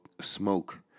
smoke